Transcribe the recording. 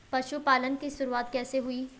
पशुपालन की शुरुआत कैसे हुई?